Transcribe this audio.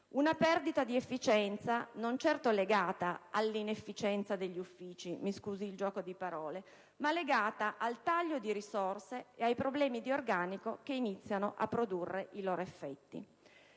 una perdita di efficienza legata non certo all'inefficienza degli uffici - mi scusi il gioco di parole - ma al taglio di risorse e ai problemi di organico che iniziano a produrre i loro effetti.